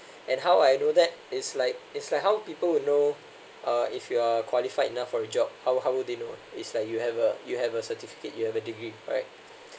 and how I know that it's like it's like how people will know uh if you are qualified enough for a job how how would they know ah it's like you have a you have a certificate you have a degree right